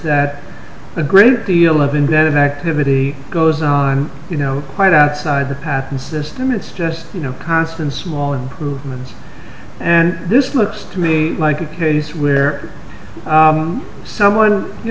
that a great deal of inventive activity goes on you know quite outside the patent system it's just you know constant small improvements and this looks to me like a case where someone you